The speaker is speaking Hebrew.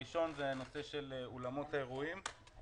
הראשון הוא נושא אולמות האירועים.